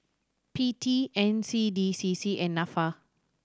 P T N C D C C and Nafa